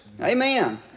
Amen